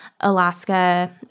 Alaska